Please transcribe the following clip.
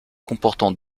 comportant